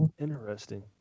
Interesting